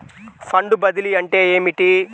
Fund బదిలీ అంటే ఏమిటి?